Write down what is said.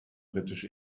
britisch